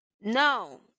No